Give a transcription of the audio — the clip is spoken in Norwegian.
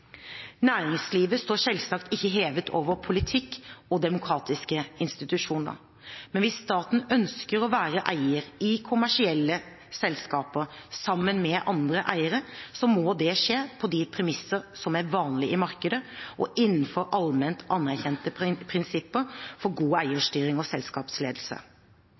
Næringslivet står selvsagt ikke hevet over politikken og demokratiske institusjoner. Men hvis staten ønsker å være eier i kommersielle selskaper sammen med andre eiere, må det skje på de premisser som er vanlige i markedet og innenfor allment anerkjente prinsipper for god eierstyring og selskapsledelse.